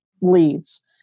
leads